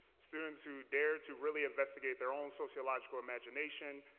students to dare to really investigate their own sociological imagination,